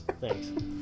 Thanks